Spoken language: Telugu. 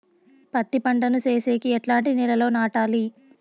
పత్తి పంట ను సేసేకి ఎట్లాంటి నేలలో నాటాలి?